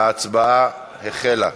ההצבעה החלה.